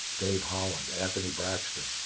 dave holland, anthony braxton